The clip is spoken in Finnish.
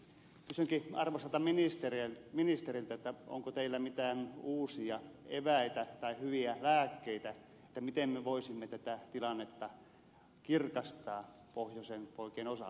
kysynkin arvoisalta ministeriltä onko teillä mitään uusia eväitä tai hyviä lääkkeitä miten me voisimme tätä tilannetta kirkastaa pohjoisen poikien osalta